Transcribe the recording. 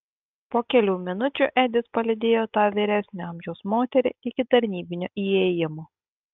po kelių minučių edis palydėjo tą vyresnio amžiaus moterį iki tarnybinio įėjimo